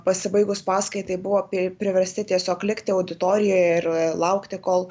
pasibaigus paskaitai buvo priversti tiesiog likti auditorijoje ir laukti kol